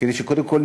כדי שקודם כול,